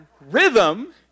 Rhythm